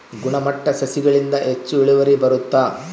ಗುಣಮಟ್ಟ ಸಸಿಗಳಿಂದ ಹೆಚ್ಚು ಇಳುವರಿ ಬರುತ್ತಾ?